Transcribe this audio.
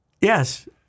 Yes